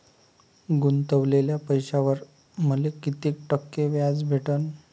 गुतवलेल्या पैशावर मले कितीक टक्के व्याज भेटन?